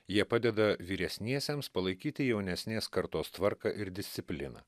jie padeda vyresniesiems palaikyti jaunesnės kartos tvarką ir discipliną